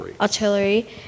artillery